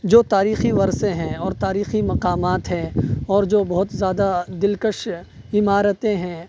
جو تاریخی ورثے ہیں اور تاریخی مقامات ہیں اور جو بہت زیادہ دلکش عمارتیں ہیں